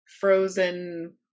Frozen